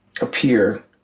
appear